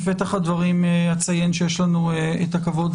בפתח הדברים אציין שיש לנו הכבוד,